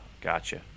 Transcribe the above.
Gotcha